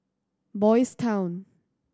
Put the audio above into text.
Boys' Town